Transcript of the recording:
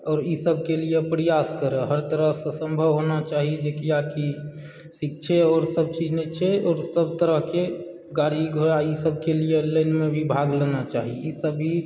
आओर ई सभकेँ लिए प्रयास करय हर तरहसँ सम्भव होना चाही जेकि आकि शिक्षे आओर सभ चीज नहि छै आओर सभ तरहकेँ गाड़ी घोड़ा ई सभके लिए लाइनमे भी भाग लेना चाही ईसभ भी